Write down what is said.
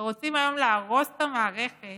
שרוצים היום להרוס את המערכת